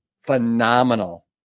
phenomenal